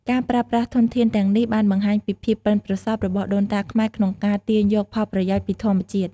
ការប្រើប្រាស់ធនធានទាំងនេះបានបង្ហាញពីភាពប៉ិនប្រសប់របស់ដូនតាខ្មែរក្នុងការទាញយកផលប្រយោជន៍ពីធម្មជាតិ។